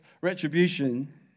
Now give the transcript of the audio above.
retribution